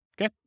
Okay